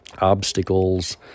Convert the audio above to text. obstacles